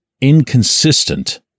inconsistent